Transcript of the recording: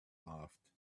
laughed